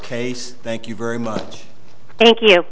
case thank you very much thank you